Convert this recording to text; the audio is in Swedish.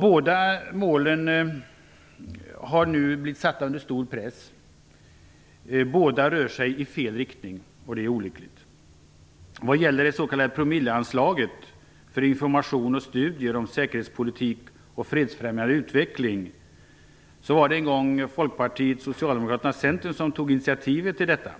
Båda målen har nu fastställts under stark press, och de går i fel riktning, vilket är olyckligt. När det gäller det s.k. promilleanslaget för information och studier om säkerhetspolitik och fredsfrämjande utveckling var det en gång Folkpartiet, Socialdemokraterna och Centern som en tog initiativ till detta.